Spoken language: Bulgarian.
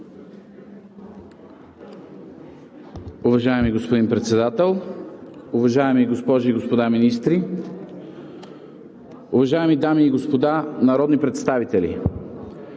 Уважаеми господин Председателю, уважаеми министри, уважаеми дами и господа народни представители!